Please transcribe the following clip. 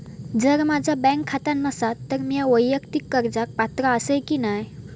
जर माझा बँक खाता नसात तर मीया वैयक्तिक कर्जाक पात्र आसय की नाय?